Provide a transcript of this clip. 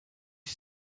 you